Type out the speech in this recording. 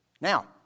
Now